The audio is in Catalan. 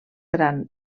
gran